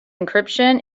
encryption